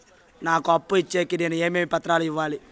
నాకు అప్పు ఇచ్చేకి నేను ఏమేమి పత్రాలు ఇవ్వాలి